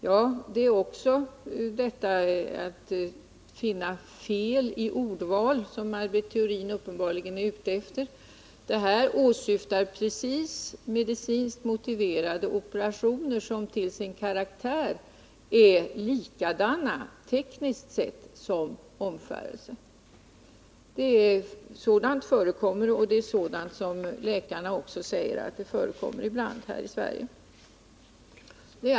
Att finna fel i ordval är uppenbarligen också här vad Maj Britt Theorin är ute efter. Vad som åsyftas är att det förekommer medicinskt motiverade operationer som till sin karaktär, tekniskt sett, liknar omskärelse. Läkarna säger också att sådant förekommer ibland här i Sverige.